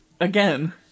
Again